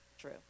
true